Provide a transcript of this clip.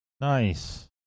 Nice